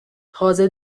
تازه